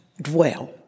dwell